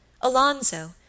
Alonso